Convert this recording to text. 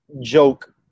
joke